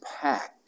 packed